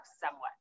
somewhat